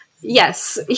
yes